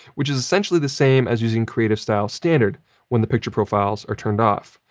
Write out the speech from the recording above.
which is essentially the same as using creative style standard when the picture profiles are turned off.